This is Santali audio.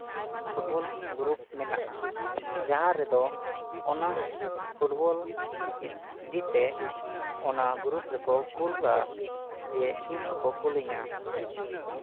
ᱯᱷᱩᱴᱵᱚᱞ ᱜᱨᱩᱯ ᱢᱮᱱᱟᱜᱼᱟ ᱡᱟᱦᱟᱸ ᱨᱮᱫᱚ ᱚᱱᱟ ᱯᱷᱩᱴᱵᱚᱞ ᱤᱫᱤᱛᱮ ᱚᱱᱟ ᱜᱨᱩᱯ ᱨᱮᱠᱚ ᱠᱩᱞᱟ ᱡᱮ ᱤᱧ ᱦᱚᱸᱠᱚ ᱠᱩᱞ ᱤᱧᱟᱹ